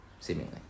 Seemingly